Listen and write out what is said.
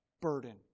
burden